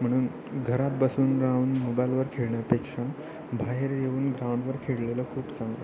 म्हणून घरात बसून राहून मोबाईलवर खेळण्यापेक्षा बाहेर येऊन ग्राउंडवर खेळलेलं खूप चांगलं